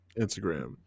Instagram